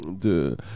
de